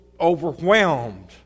overwhelmed